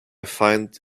find